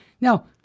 Now